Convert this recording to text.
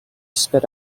spit